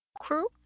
crew